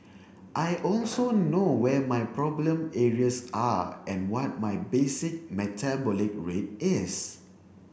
I also know where my problem areas are and what my basic metabolic rate is